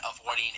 avoiding